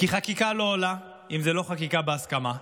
כי חקיקה לא עולה אם זו לא חקיקה בהסכמה?